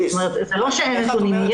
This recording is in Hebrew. זה לא שאין נתונים.